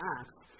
Acts